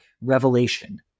revelation